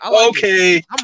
Okay